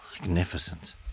Magnificent